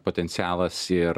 potencialas ir